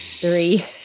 three